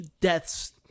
death's